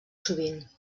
sovint